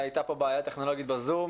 הייתה פה בעיה טכנולוגית בזום.